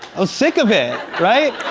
ah sick of it, right?